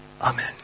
Amen